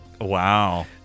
Wow